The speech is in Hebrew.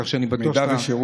כך שאני בטוח שאתה, מידע ושירות.